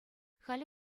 халӗ